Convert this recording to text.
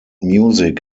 music